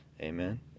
amen